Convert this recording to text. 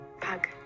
Pug